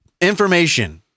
information